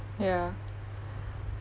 ya